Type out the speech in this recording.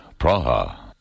Praha